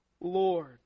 Lord